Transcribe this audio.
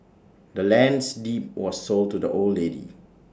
the land's deed was sold to the old lady